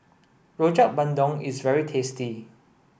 Rojak Bandung is very tasty